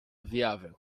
viável